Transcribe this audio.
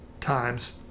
times